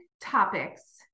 topics